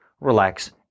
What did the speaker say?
relax